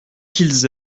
qu’ils